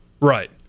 right